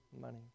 money